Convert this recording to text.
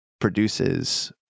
produces